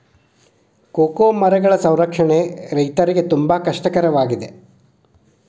cocoa ಮರಗಳ ಸಂರಕ್ಷಣೆ ರೈತರಿಗೆ ತುಂಬಾ ಕಷ್ಟ ಕರವಾಗಿದೆ